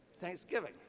thanksgiving